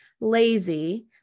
lazy